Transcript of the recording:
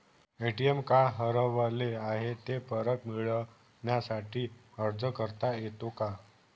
ATM card हरवले आहे, ते परत मिळण्यासाठी अर्ज करता येतो का?